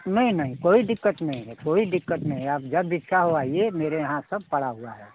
नहीं नहीं कोई दिक्कत नहीं है कोई दिक्कत नहीं है आप जब इच्छा हो आइए मेरे यहाँ सब पड़ा हुआ है